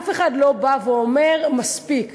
אף אחד לא בא באמת ואומר: מספיק,